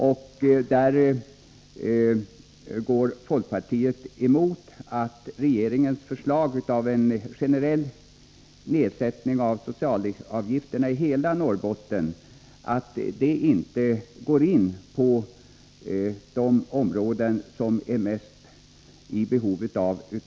Enligt folkpartiets mening tillgodoser inte regeringens förslag om en generell nedsättning av socialavgifterna i hela Norrbottens län behoven i de områden som har de största problemen.